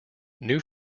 new